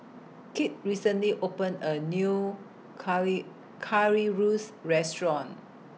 Kit recently opened A New Curry Currywurst Restaurant